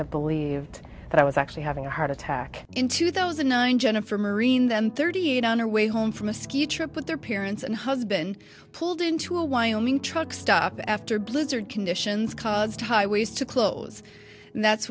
have believed that i was actually having a heart attack in two thousand and nine jennifer marine then thirty eight on her way home from a ski trip with their parents and husband pulled into a wyoming truck stop after blizzard conditions caused highways to close that's